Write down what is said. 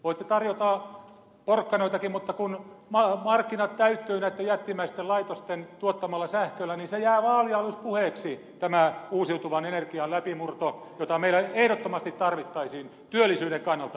voitte tarjota porkkanoitakin mutta kun markkinat täyttyvät näitten jättimäisten laitosten tuottamalla sähköllä niin jää vaalinaluspuheeksi tämä uusiutuvan energian läpimurto jota meillä ehdottomasti tarvittaisiin työllisyyden kannalta